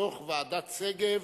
דוח ועדת-שגב.